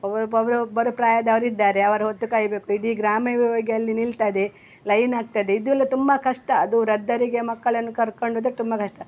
ಒಬ್ರು ಒಬ್ಬರು ಪ್ರಾಯದವರಿದ್ದಾರೆ ಅವರ ಹೊತ್ತು ಕಾಯಬೇಕು ಇಡೀ ಗ್ರಾಮವೇ ಹೋಗಿ ಅಲ್ಲಿ ನಿಲ್ತದೆ ಲೈನ್ ಆಗ್ತದೆ ಇದು ಎಲ್ಲ ತುಂಬ ಕಷ್ಟ ಅದು ವೃದ್ದರಿಗೆ ಮಕ್ಕಳನ್ನು ಕರ್ಕೊಂಡೋದರೆ ತುಂಬ ಕಷ್ಟ